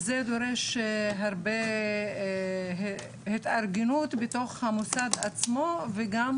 זה דורש הרבה התארגנות בתוך המוסד עצמו וגם